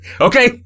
Okay